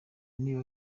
niba